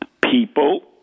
people